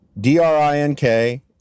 D-R-I-N-K